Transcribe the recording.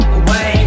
away